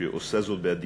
שעושה זאת באדיקות,